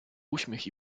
uśmiech